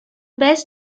best